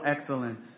excellence